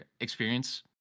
experience